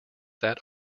that